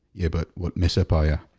yeah, but what miss empire,